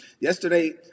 Yesterday